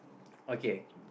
okay okay